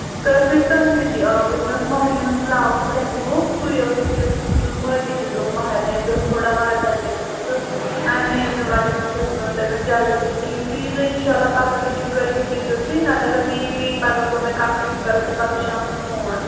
تہٕ أسۍ ٲسۍ تٔتھۍ سۭتی آوٕرۍ مےٚ اوس مَہرنہِ ہُنٛد بٕلاوز لَٮ۪ہَنٛگہُک سُے ٲسٕس یہِ اوسُس سُہ دیُتمُت مٲدی دیُتُم مہرنہِ بیٚیہِ اوس تھوڑا وَردَن تٔمۍ سُنٛد تہٕ اَمہِ ریٖزنہٕ وجہ سۭتۍ ہیوٚک نہٕ تۄہہِ مےٚ جلدی دِتھ کِہیٖنٛۍ تُہۍ یی زیٚو اِنشاء اللہ پگہہ نہٕ کیٚنٛہہ کٲلۍ کَتھ یی زیو تُہۍ نَتہٕ اگر مےٚ بی پگاہ گوٚو مےٚ کَمپٕلیٖٹ بہٕ کرو تۄہہِ پَگاہ شامَن فون